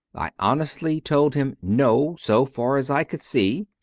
i honestly told him no, so far as i could see,